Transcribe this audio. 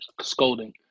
scolding